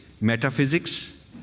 metaphysics